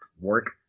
work